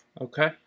Okay